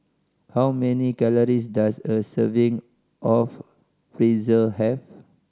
how many calories does a serving of Pretzel have